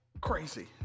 Crazy